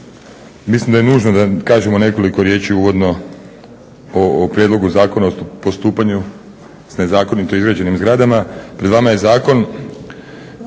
Mislim da je nužno da kažemo nekoliko riječi uvodno o prijedlogu Zakona o postupanju s nezakonito izgrađenim zgradama. Pred vama je zakon,